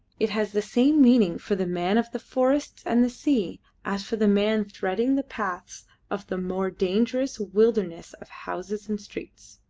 it has the same meaning for the man of the forests and the sea as for the man threading the paths of the more dangerous wilderness of houses and streets.